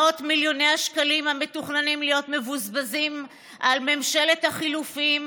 מאות מיליוני השקלים המתוכננים להיות מבוזבזים על ממשלת החילופים